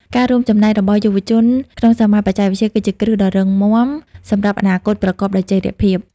ការរួមចំណែករបស់យុវជនក្នុងវិស័យបច្ចេកវិទ្យាគឺជាគ្រឹះដ៏រឹងមាំសម្រាប់អនាគតប្រកបដោយចីរភាព។